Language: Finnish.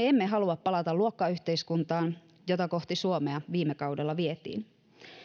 emme halua palata luokkayhteiskuntaan jota kohti suomea viime kaudella vietiin